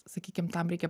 sakykim tam reikia